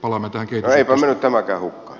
no eipä mennyt tämäkään hukkaan